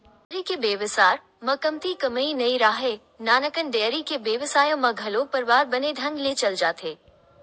dairy के बेवसाय म कमती कमई नइ राहय, नानकन डेयरी के बेवसाय म घलो परवार बने ढंग ले चल जाथे